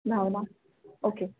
Bhavana okay